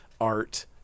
art